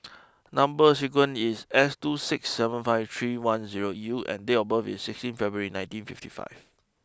number sequence is S two six seven five three one zero U and date of birth is sixteen February nineteen fifty five